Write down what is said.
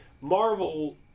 Marvel